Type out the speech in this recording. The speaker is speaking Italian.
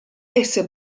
esse